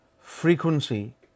frequency